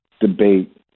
debate